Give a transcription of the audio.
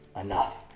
enough